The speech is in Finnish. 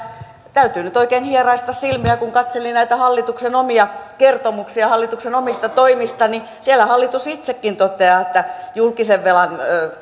täytyy nyt oikein hieraista silmiä kun katseli näitä hallituksen omia kertomuksia hallituksen omista toimista siellä hallitus itsekin toteaa että julkisen velan